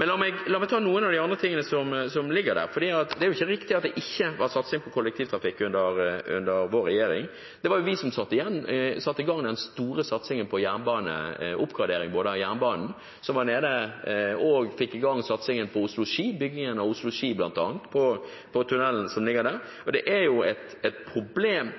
La meg kommentere noe av det andre som ligger der. Det er ikke riktig at det ikke var satsing på kollektivtrafikk under vår regjering. Det var jo vi som satte i gang den store satsingen på oppgradering av jernbanen – som var nede – og vi fikk bl.a. i gang satsingen på byggingen av Oslo–Ski og tunnelen der. Det er et problem ...